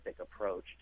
approach